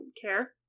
care